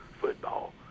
football